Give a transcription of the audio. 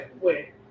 wait